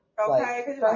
okay